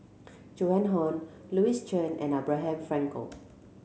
Joan Hon Louis Chen and Abraham Frankel